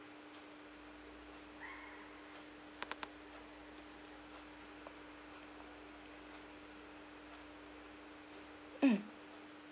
mm